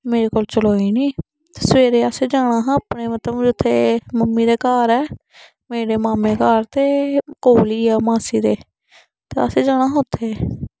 मेरे कोलूं चलोए निं सबेरे असें जाना हा उत्थे मतलब उत्थे मम्मी दे घर ऐ मेरे मामे घर ते कोल ही ऐ मासी दे ते असें जाना हा उत्थे